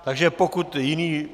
Takže pokud jiný...